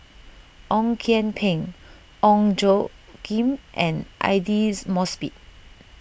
Ong Kian Peng Ong Tjoe Kim and Aidli Mosbit